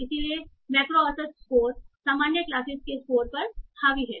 इसलिए मैक्रो औसत स्कोर सामान्य क्लासेस के स्कोर पर हावी है